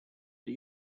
but